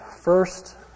First